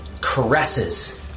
caresses